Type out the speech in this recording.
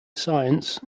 science